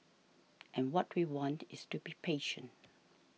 and what we want is to be patient